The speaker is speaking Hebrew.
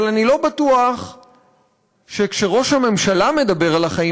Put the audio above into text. אבל אני לא בטוח שכשראש הממשלה מדבר על החיים